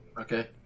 okay